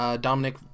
Dominic